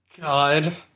God